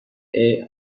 aix